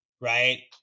right